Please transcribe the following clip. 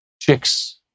chicks